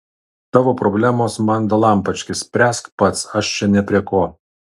tavo problemos man dalampački spręsk pats aš čia ne prie ko